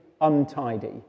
untidy